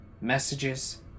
messages